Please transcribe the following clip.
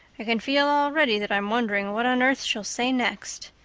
i can feel already that i'm wondering what on earth she'll say next.